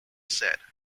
said